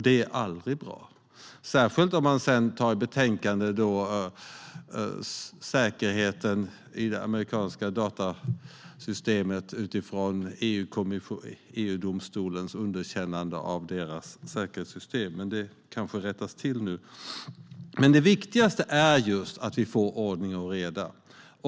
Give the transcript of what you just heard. Det är aldrig bra, särskilt om man sedan tar i beaktande säkerheten i det amerikanska datasystemet, utifrån EUdomstolens underkännande av deras säkerhetssystem. Men det kanske kommer att rättas till. Det viktigaste är just att vi får ordning och reda.